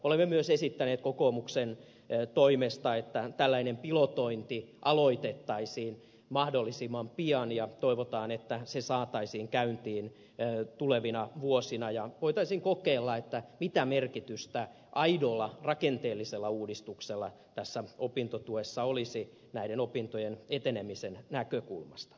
olemme myös esittäneet kokoomuksen toimesta että tällainen pilotointi aloitettaisiin mahdollisimman pian ja toivotaan että se saataisiin käyntiin tulevina vuosina ja voitaisiin kokeilla mitä merkitystä aidolla rakenteellisella uudistuksella tässä opintotuessa olisi näiden opintojen etenemisen näkökulmasta